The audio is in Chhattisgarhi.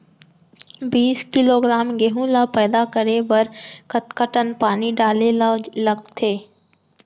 बीस किलोग्राम गेहूँ ल पैदा करे बर कतका टन पानी डाले ल लगथे?